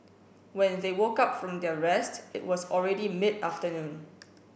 when they woke up from their rest it was already mid afternoon